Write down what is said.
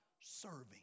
serving